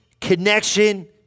connection